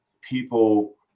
people